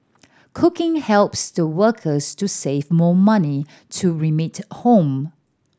cooking helps the workers to save more money to remit home